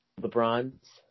LeBron's